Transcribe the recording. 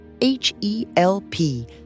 H-E-L-P